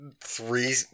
three